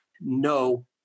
no